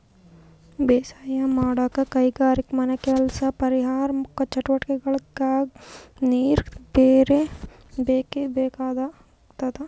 ಬೇಸಾಯ್ ಮಾಡಕ್ಕ್ ಕೈಗಾರಿಕೆಗಾ ಮನೆಕೆಲ್ಸಕ್ಕ ಪರಿಸರ್ ಚಟುವಟಿಗೆಕ್ಕಾ ನೀರ್ ಬೇಕೇ ಬೇಕಾಗ್ತದ